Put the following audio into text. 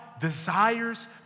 desires